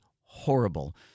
horrible